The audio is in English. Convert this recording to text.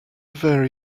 vary